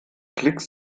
klicks